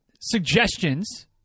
suggestions